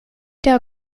der